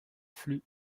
flux